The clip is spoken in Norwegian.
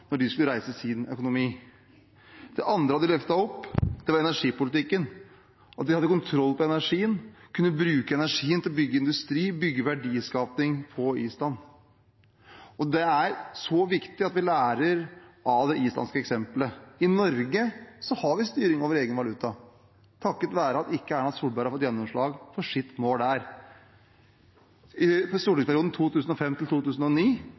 når de skulle reise sin økonomi. Det andre de løftet opp, var energipolitikken, at de hadde kontroll på energien og kunne bruke den til å bygge industri, få til verdiskaping på Island. Det er så viktig at vi lærer av det islandske eksemplet. I Norge har vi styring over egen valuta takket være at ikke Erna Solberg har fått gjennomslag for sitt mål. I